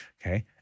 Okay